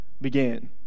began